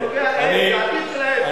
זה נוגע להם, לעתיד שלהם.